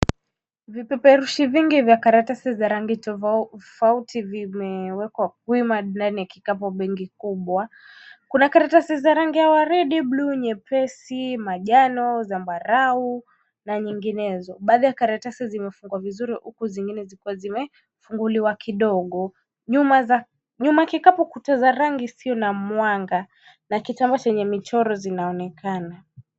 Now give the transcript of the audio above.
Vipeperushi vingi vya karatasi za rangi tofauti vimewekwa wima ndani ya kikapu bingi kubwa. Kuna karatasi za rangi ya waridi, bluu, nyepesi, manjano, zambarau na nyinginezo. Baadhi ya karatasi zimefungwa vizuri huku zingine zikiwa zimefunguliwa kidogo. Nyuma za nyuma ya kikapi kuta za rangi isiyo na mwanga na kitambaa chenye michoro zinaonekana.